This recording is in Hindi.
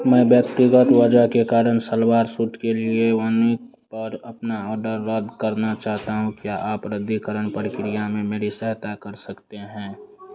मैं व्यक्तिगत वजह के कारण सलवार सूट के लिए वूनिक पर अपना ऑर्डर रद्द करना चाहता हूँ क्या आप रद्दीकरण प्रक्रिया में मेरी सहायता कर सकते हैं